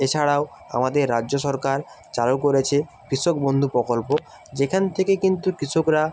এছাড়াও আমাদের রাজ্য সরকার চালু করেছে কৃষক বন্ধু প্রকল্প যেখান থেকে কিন্তু কৃষকরা